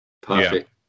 Perfect